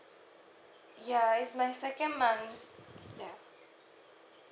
ya it's my second month ya